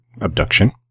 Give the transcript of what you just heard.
abduction